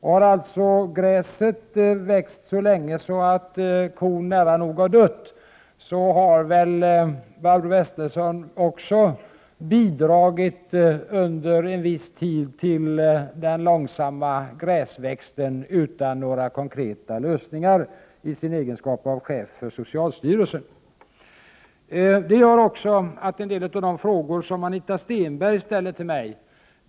Har gräset växt så länge att kon närapå har dött, har väl Barbro Westerholm också bidragit under en viss tid i sin egenskap av chef för socialstyrelsen till den långsamma gräsväxten utan några konkreta lösningar.